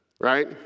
Right